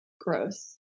gross